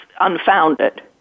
unfounded